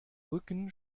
rücken